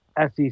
SEC